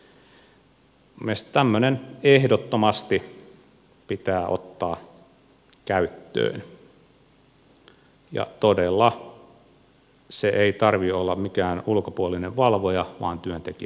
minun mielestäni tämmöinen ehdottomasti pitää ottaa käyttöön ja todella sen ei tarvitse olla mikään ulkopuolinen valvoja vaan työntekijä itse